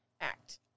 Act